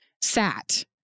sat